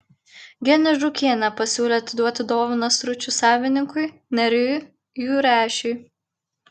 genė žūkienė pasiūlė atiduoti dovaną stručių savininkui nerijui jurešiui